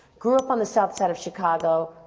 grew up on the south side of chicago,